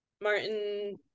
martin